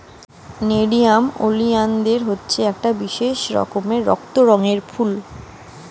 nerium oleander হচ্ছে একটা বিশেষ রকমের রক্ত রঙের ফুল